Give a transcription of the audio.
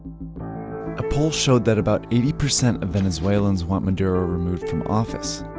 a poll showed that about eighty percent of venezuelans want maduro removed from office.